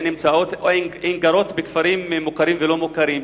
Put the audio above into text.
הן גרות בכפרים מוכרים ולא מוכרים,